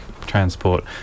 transport